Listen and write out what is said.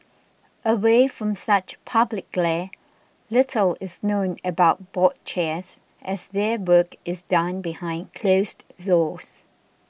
away from such public glare little is known about board chairs as their work is done behind closed doors